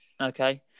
okay